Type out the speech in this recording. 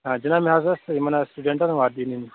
حِناب مےٚ حظ ٲسۍ یِمن سِٹوٗڈنٛٹن حظ وَردی نیٚنۍ